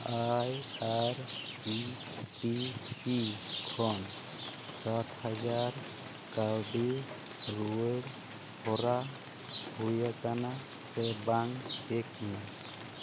ᱟᱭ R C T C ᱠᱷᱚᱱ ᱥᱟᱛᱦᱟᱡᱟᱨ ᱠᱟᱹᱣᱰᱤ ᱨᱩᱣᱭᱟᱹᱲ ᱦᱚᱨᱟ ᱦᱩᱭ ᱟᱠᱟᱱᱟ ᱥᱮ ᱵᱟᱝ ᱪᱮᱠ ᱢᱮ